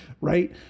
Right